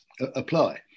apply